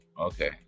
Okay